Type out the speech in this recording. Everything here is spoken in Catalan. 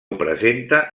presenta